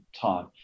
time